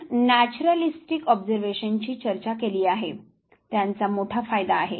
आपण नॅचरॅलिस्टिक ऑब्झर्वेशनची चर्चा केली आहे त्यांचा मोठा फायदा आहे